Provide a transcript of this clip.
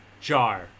Jar